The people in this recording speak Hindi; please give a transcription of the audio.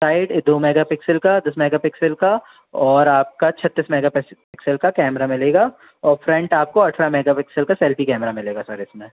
साइड दो मेगापिक्सेल का दस मेगापिक्सेल का और आपका छत्तीस मेगा पिक्सेल का कैमरा मिलेगा और फ्रंट आपको अठारह मेगापिक्सेल का सेल्फ़ी कैमरा मिलेगा सर इसमें